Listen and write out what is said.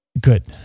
Good